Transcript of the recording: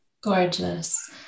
gorgeous